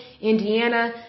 Indiana